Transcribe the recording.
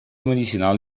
medicinal